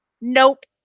nope